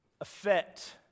affect